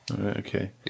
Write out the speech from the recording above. Okay